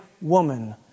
woman